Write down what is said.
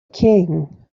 king